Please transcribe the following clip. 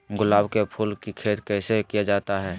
गुलाब के फूल की खेत कैसे किया जाता है?